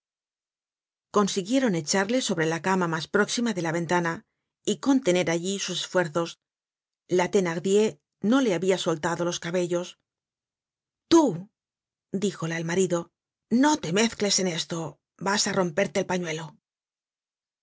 consiguieron echarle sobre la cama mas próxima de la ventana y contener allí sus esfuerzos la thenardier no le habia soltado los cabellos tú díjola el marido no te mezcles en eso vas á romperte el pañuelo